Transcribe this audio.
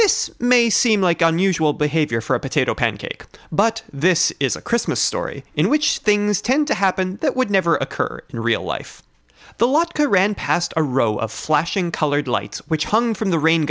this may seem like an unusual behavior for a potato pancake but this is a christmas story in which things tend to happen that would never occur in real life the lot could ran past a row of flashing colored lights which hung from the rain